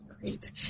Great